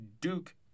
duke